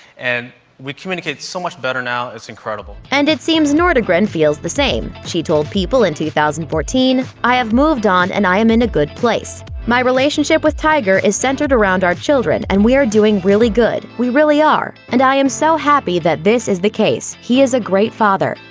and we communicate so much better now it's incredible. and it seems nordegren feels the same. she told people in two thousand and fourteen i have moved on and i am in a good place. my relationship with tiger is centered around our children and we are doing really good we really are and i am so happy that this is the case, he is a great father.